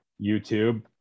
YouTube